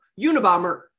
unabomber